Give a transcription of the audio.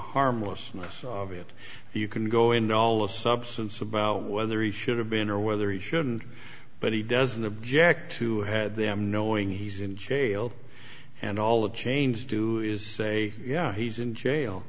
harmlessness of it you can go into all of substance about whether he should have been or whether he shouldn't but he doesn't object to had them knowing he's in jail and all the chains do is say yeah he's in jail